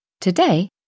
Today